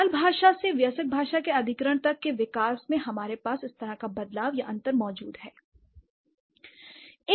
बाल भाषा से वयस्क भाषा के अधिग्रहण तक के विकास में हमारे पास इस तरह का बदलाव या अंतर है